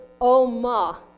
Oma